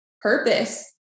purpose